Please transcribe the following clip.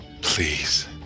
Please